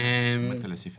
(ב1)";